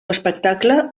espectacle